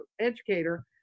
educator